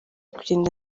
kugenda